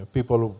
People